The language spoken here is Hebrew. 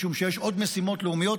משום שיש עוד משימות לאומיות,